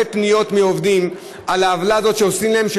פניות מעובדים על העוולה הזאת שעושים להם,